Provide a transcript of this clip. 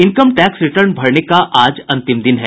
income tax return भरने का आज अंतिम दिन है